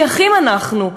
כי אחים אנחנו.